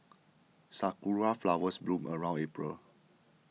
sakura flowers bloom around April